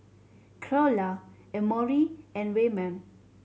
Creola Emory and Wayman